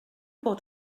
bod